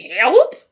Help